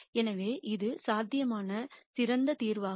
எனவே இது சாத்தியமான சிறந்த தீர்வாகும்